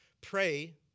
Pray